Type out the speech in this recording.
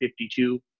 52